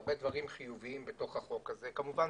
אבל ישנם גם הרבה דברים חיובים בתוך החוק הזה.